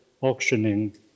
auctioning